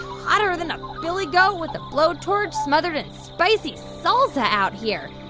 hotter than a billygoat with a blowtorch smothered in spicy salsa out here.